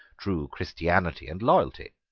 true christianity, and loyalty.